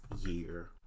year